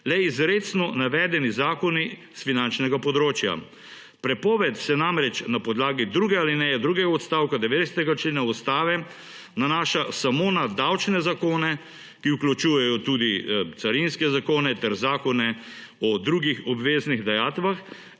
le izrecno navedeni zakoni s finančnega področja. Prepoved se namreč na podlagi alineje druge alineje drugega odstavka 90. člena ustave nanaša samo na davčne zakone, ki vključujejo tudi carinske zakone ter zakone o drugih obveznih dajatvah